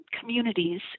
communities